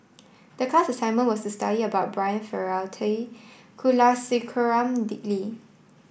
the class assignment was to study about Brian Farrell T Kulasekaram Dick Lee